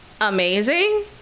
amazing